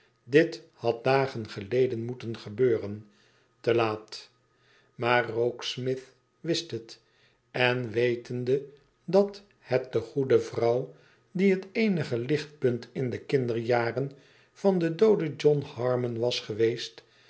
dit had dagen geleden moeten gebeuren te laat maar rokesmith mst het en wetende dat het de goede vrouw die het eenige lichtpunt in de kinderjaren van den dooden john harmon was geweest